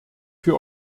für